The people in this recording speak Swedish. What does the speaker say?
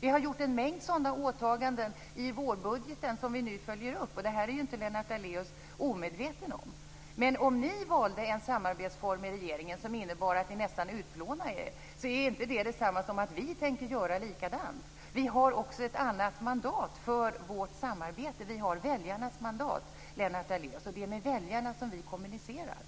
Vi har gjort en mängd sådana åtaganden i vårbudgeten som vi nu följer upp. Det är ju inte Lennart Daléus omedveten om. Men om ni valde en samarbetsform med regeringen som innebar att ni nästan utplånade er själva är inte det detsamma som att vi tänker göra likadant. Vi har också ett annat mandat för vårt samarbete. Vi har väljarnas mandat, Lennart Daléus. Och det är med väljarna vi kommunicerar.